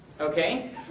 okay